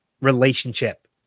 relationship